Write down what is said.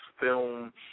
film